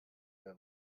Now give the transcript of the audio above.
der